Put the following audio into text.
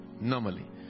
normally